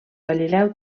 galileu